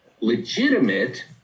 legitimate